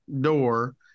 door